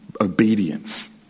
obedience